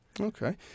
okay